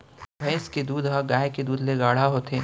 भईंस के दूद ह गाय के दूद ले गाढ़ा होथे